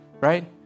right